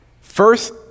First